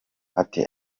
ati